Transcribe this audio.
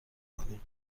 کنیم